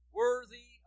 worthy